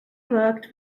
worked